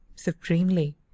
Supremely